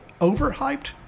overhyped